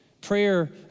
Prayer